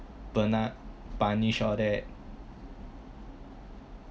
penat punish all that